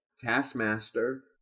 Taskmaster